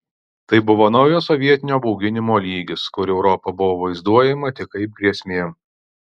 tai buvo naujas sovietinio bauginimo lygis kur europa buvo vaizduojama tik kaip grėsmė